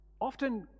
often